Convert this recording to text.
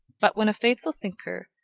but when a faithful thinker,